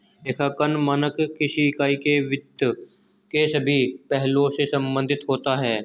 लेखांकन मानक किसी इकाई के वित्त के सभी पहलुओं से संबंधित होता है